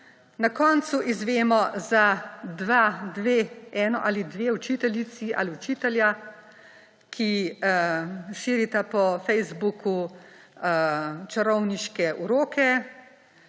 na koncu izvemo za dve, eno ali dve učiteljici ali učitelja, ki širita po Facebooku čarovniške uroke